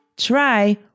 try